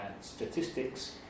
statistics